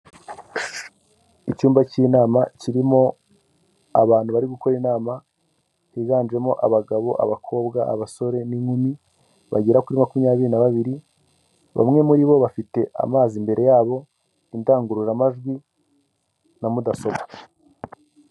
Icyumba cy'inama kirimo abantu bari gukora inama higanjemo abagabo, abakobwa, abasore n'inkumi bagera kuri makumyabiri na babiri. Bamwe muri bo bafite amazi imbere yabo, indangururamajwi na mudasobwa.